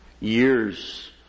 Years